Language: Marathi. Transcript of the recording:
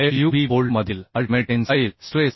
fub बोल्ट मधील अल्टिमेट टेन्साईल स्ट्रेस